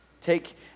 Take